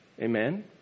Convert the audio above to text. Amen